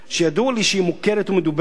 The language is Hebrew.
שידוע לי שהיא מוכרת ומדוברת,